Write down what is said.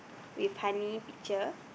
with honey picture